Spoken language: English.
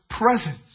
presence